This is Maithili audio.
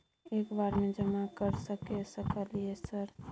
एक बार में जमा कर सके सकलियै सर?